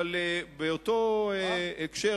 באותו הקשר,